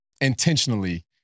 intentionally